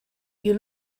you